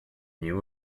knew